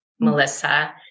Melissa